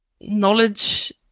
knowledge